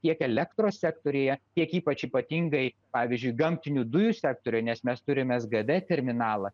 tiek elektros sektoriuje tiek ypač ypatingai pavyzdžiui gamtinių dujų sektoriuje nes mes turime sgd terminalą